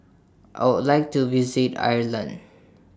I Would like to visit Ireland